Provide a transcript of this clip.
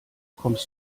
kommst